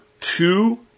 two